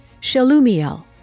Shalumiel